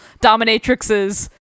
dominatrixes